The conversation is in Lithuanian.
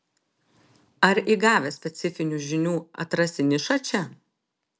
ar įgavęs specifinių žinių atrasi nišą čia